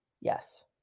Yes